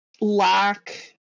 lack